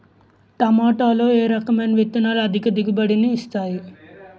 టమాటాలో ఏ రకమైన విత్తనాలు అధిక దిగుబడిని ఇస్తాయి